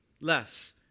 less